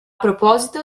proposito